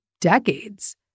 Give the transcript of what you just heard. decades